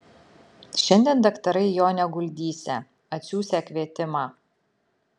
šiandien daktarai jo neguldysią atsiųsią kvietimą